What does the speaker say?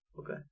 Okay